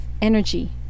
energy